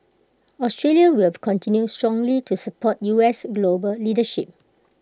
Australia will continue strongly to support U S global leadership